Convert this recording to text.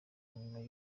nyuma